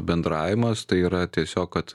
bendravimas tai yra tiesiog kad